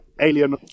alien